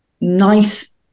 nice